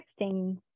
texting